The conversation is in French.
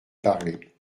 parler